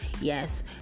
Yes